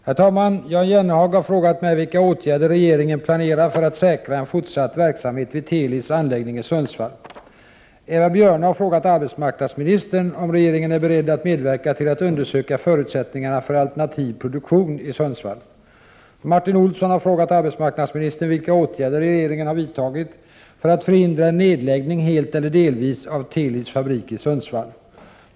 Herr talman! Jan Jennehag har frågat mig vilka åtgärder regeringen planerar för att säkra en fortsatt verksamhet vid Telis anläggning i Sundsvall. Eva Björne har frågat arbetsmarknadsministern om regeringen är beredd att medverka till att undersöka förutsättningarna för alternativ produktion i Sundsvall. Martin Olsson har frågat arbetsmarknadsministern vilka åtgärder regeringen har vidtagit för att förhindra en nedläggning helt eller delviq av Telis fabrik i Sundsvall.